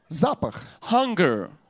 Hunger